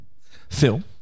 Phil